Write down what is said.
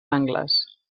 angles